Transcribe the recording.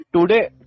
today